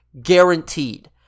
guaranteed